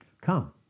Come